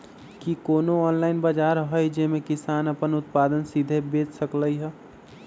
कि कोनो ऑनलाइन बाजार हइ जे में किसान अपन उत्पादन सीधे बेच सकलई ह?